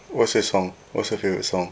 what's your song what's your favourite song